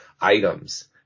items